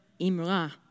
imra